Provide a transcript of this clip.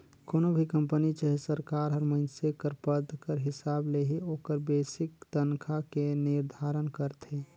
कोनो भी कंपनी चहे सरकार हर मइनसे कर पद कर हिसाब ले ही ओकर बेसिक तनखा के निरधारन करथे